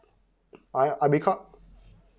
I I record